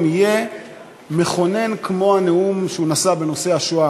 יהיה מכונן כמו הנאום שהוא נשא בנושא השואה.